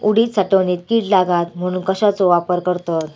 उडीद साठवणीत कीड लागात म्हणून कश्याचो वापर करतत?